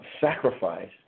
Sacrifice